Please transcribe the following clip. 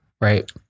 right